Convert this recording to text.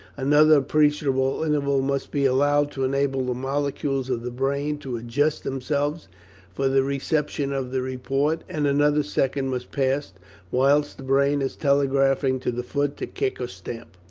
another appreciable interval must be allowed to enable the molecules of the brain to adjust themselves for the reception of the report, and another second must pass whilst the brain is telegraphing to the foot to kick or stamp.